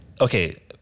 okay